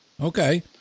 Okay